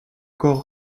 corps